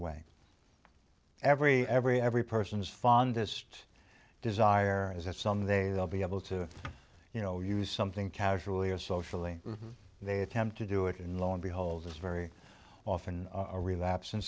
difficult way every every every person's fondest desire is that someday they'll be able to you know use something casually or socially they attempt to do it in lo and behold it's very often a relapse and